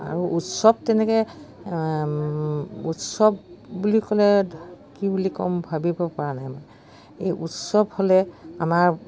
আৰু উৎসৱ তেনেকৈ উৎসৱ বুলি ক'লে কি বুলি ক'ম ভাবিবপৰা নাই মানে এই উৎসৱ হ'লে আমাৰ